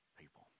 people